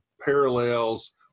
parallels